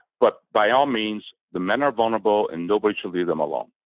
but by all means, the men are vulnerable and nobody should leave them alone.